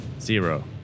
zero